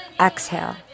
exhale